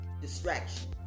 distraction